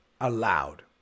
allowed